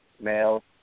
male